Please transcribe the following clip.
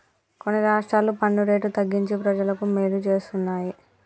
కొన్ని రాష్ట్రాలు పన్ను రేటు తగ్గించి ప్రజలకు మేలు చేస్తున్నాయి